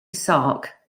sark